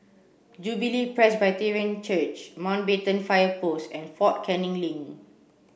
Jubilee Presbyterian Church Mountbatten Fire Post and Fort Canning Link